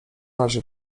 razie